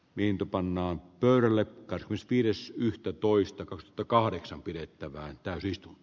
lintu pannaan pyörille katkos piirissä yhtätoista kohta kahdeksan pidettävään tarkistu